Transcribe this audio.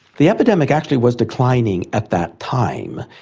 the epidemic actually was declining at that time,